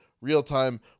real-time